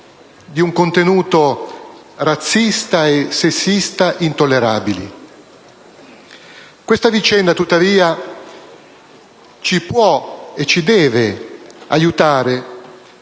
di un contenuto razzista e sessista intollerabile. Questa vicenda tuttavia ci può e ci deve aiutare